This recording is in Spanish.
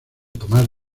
tomás